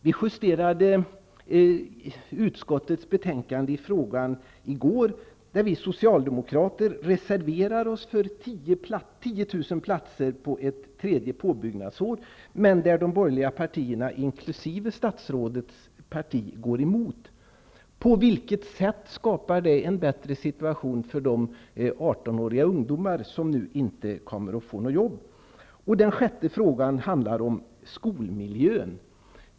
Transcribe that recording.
Vi justerade utskottets betänkande i frågan i går, och vi socialdemokrater reserverade oss för 10 000 platser på ett tredje påbyggnadsår. Men de borgerliga partierna, inkl. statsrådets parti, går emot. På vilket sätt skapar det en bättre situation för de 18-åriga ungdomar som nu inte kommer att få något jobb? Den sjätte frågan handlar om skolmiljön.